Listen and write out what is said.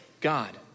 God